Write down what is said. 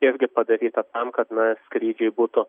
irgi padaryta tam kad na skrydžiai būtų